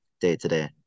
day-to-day